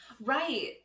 Right